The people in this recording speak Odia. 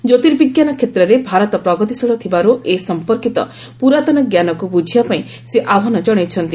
ଜ୍ୟୋର୍ତିବିଜ୍ଞାନ କ୍ଷେତ୍ରରେ ଭାରତ ପ୍ରଗତୀଶୀଳ ଥିବାରୁ ଏ ସମ୍ପର୍କୀତ ପୁରାତନ ଜ୍ଞାନକୁ ବୁଝିବା ପାଇଁ ସେ ଆହ୍ୱାନ ଜଣାଇଛନ୍ତି